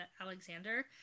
Alexander